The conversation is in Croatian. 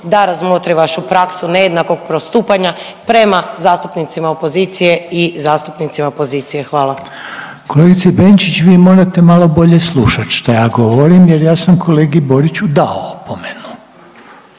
da razmotri vašu praksu nejednakog postupanja prema zastupnicima opozicije i zastupnicima pozicije. Hvala. **Reiner, Željko (HDZ)** Kolegice Benčić, vi morate malo bolje slušati šta ja govorim jer ja sam kolegi Boriću dao opomenu.